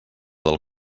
del